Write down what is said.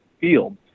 field